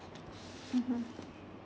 mmhmm